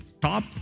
Top